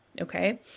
okay